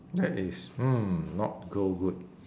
that is hmm not go good